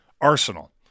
Arsenal